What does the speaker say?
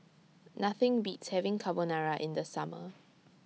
Nothing Beats having Carbonara in The Summer